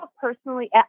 personally